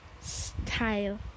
style